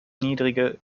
niedrige